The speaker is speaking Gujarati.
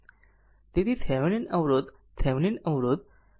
તેથી થેવેનિન અવરોધ થેવેનિન અવરોધ તેથી